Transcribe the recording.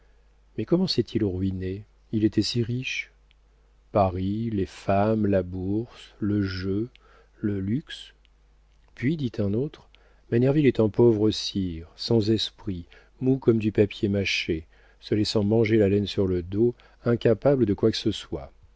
mais comment s'est-il ruiné il était si riche paris les femmes la bourse le jeu le luxe puis dit un autre manerville est un pauvre sire sans esprit mou comme du papier mâché se laissant manger la laine sur le dos incapable de quoi que ce soit